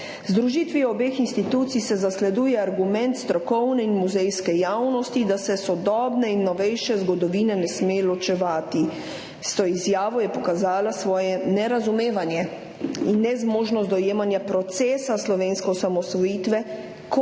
združitvijo obeh institucij se zasleduje argument strokovne in muzejske javnosti, da se sodobne in novejše zgodovine ne sme ločevati.« S to izjavo je pokazala svoje nerazumevanje in nezmožnost dojemanja procesa slovenske osamosvojitve